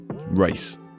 race